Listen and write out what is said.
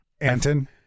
anton